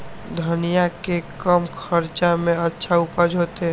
धनिया के कम खर्चा में अच्छा उपज होते?